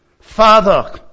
Father